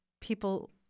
people